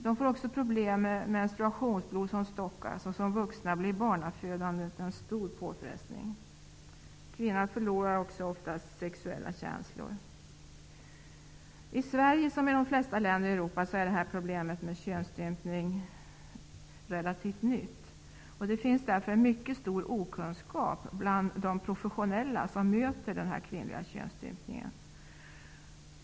De får problem med menstruationsblod som stockas, och när de blir vuxna blir barnafödandet en stor påfrestning. Kvinnan förlorar också ofta sexuella känslor. I Sverige som i de flesta länder i Europa är problemet med könsstympning relativt nytt. Det finns därför en mycket stor okunskap bland professionella som möter kvinnlig könsstympning.